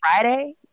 Friday